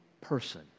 person